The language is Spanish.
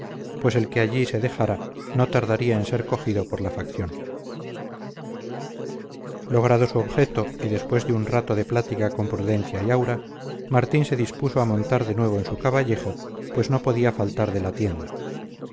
pues el que allí se dejara no tardaría en ser cogido por la facción logrado su objeto y después de un rato de plática con prudencia y aura martín se dispuso a montar de nuevo en su caballejo pues no podía faltar de la tienda